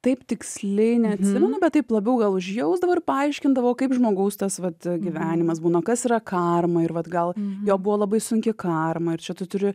taip tiksliai neatsimenu bet taip labiau gal užjausdavo ir paaiškindavo kaip žmogaus tas vat gyvenimas būna kas yra karma ir vat vat gal jo buvo labai sunki karma ir čia tu turi